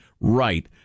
Right